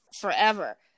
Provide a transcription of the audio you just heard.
forever